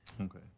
Okay